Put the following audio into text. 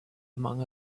among